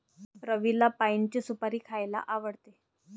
रवीला पाइनची सुपारी खायला आवडते